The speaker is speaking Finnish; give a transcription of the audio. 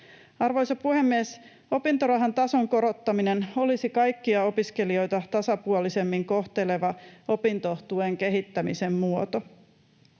Arvoisa puhemies! Opintorahan tason korottaminen olisi kaikkia opiskelijoita tasapuolisemmin kohteleva opintotuen kehittämisen muoto.